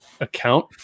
account